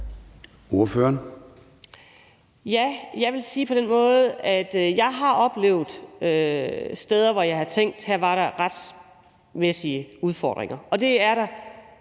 Ja, jeg vil sige det på den måde, at jeg har oplevet situationer, hvor jeg har tænkt, at her var der retssikkerhedsmæssige udfordringer, og det gælder